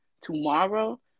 tomorrow